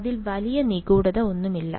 അതിൽ വലിയ നിഗൂഢത ഒന്നുമില്ല